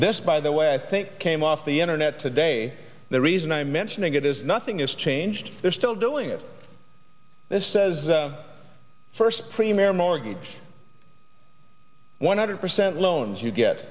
this by the way i think came off the internet today the reason i mention it is nothing has changed they're still doing it this says first premier mortgage one hundred percent loans you get